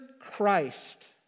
Christ